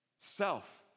Self